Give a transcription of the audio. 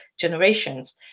generations